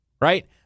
Right